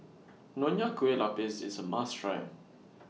Nonya Kueh Lapis IS A must Try